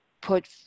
put